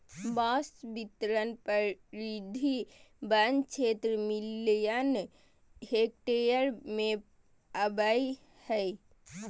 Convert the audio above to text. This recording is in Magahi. बांस बितरण परिधि वन क्षेत्र मिलियन हेक्टेयर में अबैय हइ